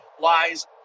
lies